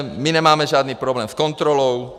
My nemáme žádný problém s kontrolou.